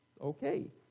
okay